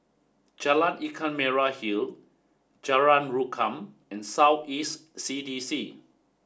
Jalan Ikan Merah Hill Jalan Rukam and South East C D C